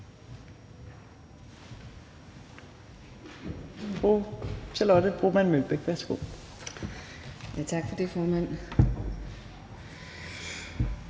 Tak for det, formand.